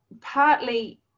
partly